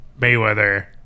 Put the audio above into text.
Mayweather